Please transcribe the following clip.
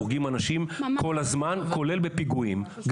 הורגים אנשים כל הזמן, כולל בפיגועים.